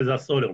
שזה הסולר.